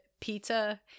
pizza